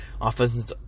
offensive